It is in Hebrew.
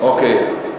אוקיי,